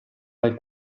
dal